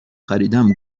خریدم